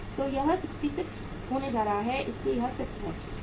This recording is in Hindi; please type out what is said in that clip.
तो यह 66 होने जा रहा है इसीलिए यह 6 है